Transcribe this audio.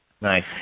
Nice